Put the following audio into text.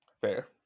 Fair